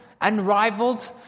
unrivaled